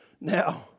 Now